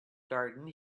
garden